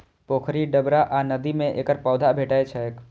पोखरि, डबरा आ नदी मे एकर पौधा भेटै छैक